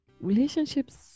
relationships